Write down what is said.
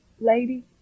Lady